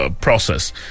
process